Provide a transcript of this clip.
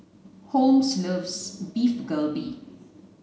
Holmes loves Beef Galbi